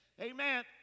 amen